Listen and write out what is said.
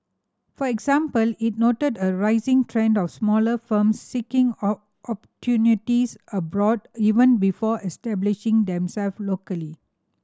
for example it noted a rising trend of smaller firms seeking opportunities abroad even before establishing themself locally